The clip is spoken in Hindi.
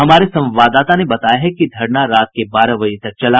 हमारे संवाददाता ने बताया कि धरना रात के बारह बजे तक चला